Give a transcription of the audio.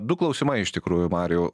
du klausimai iš tikrųjų marijau